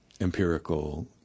empirical